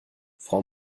frau